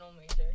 major